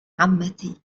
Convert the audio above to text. عمتي